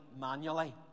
manually